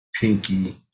pinky